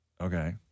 Okay